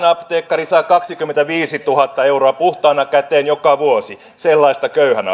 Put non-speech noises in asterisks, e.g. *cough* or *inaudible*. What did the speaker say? *unintelligible* apteekkari saa kaksikymmentäviisituhatta euroa puhtaana käteen joka vuosi sellaista köyhän *unintelligible*